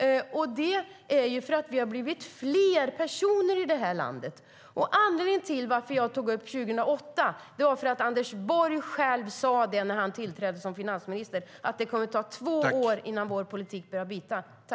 Det är för att vi har blivit fler personer i det här landet. Anledningen till att jag tog upp 2008 var att Anders Borg själv sade när han tillträdde som finansminister att det skulle ta två år innan Alliansens politik skulle börja bita.